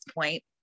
point